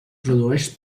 produeix